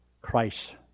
Christ